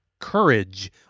Courage